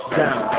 down